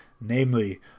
namely